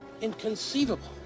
Inconceivable